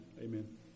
amen